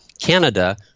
Canada